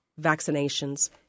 vaccinations